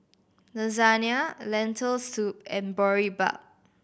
Lasagna Lentil Soup and Boribap